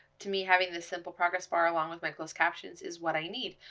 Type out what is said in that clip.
to me, having the simple progress bar along with my closed captions is what i need.